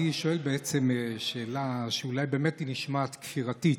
אני שואל בעצם שאלה שאולי באמת היא נשמעת כפירתית.